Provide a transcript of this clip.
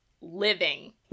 living